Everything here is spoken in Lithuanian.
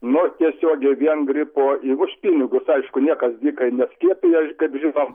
nuo tiesiogiai vien gripo ir už pinigus aišku niekas dykai neskiepija kaip žinom